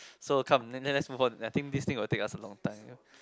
so come let's let's move on I think this thing will take us a long time